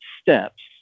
steps